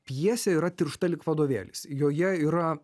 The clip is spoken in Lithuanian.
pjesė yra tiršta lyg vadovėlis joje yra